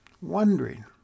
wondering